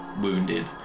wounded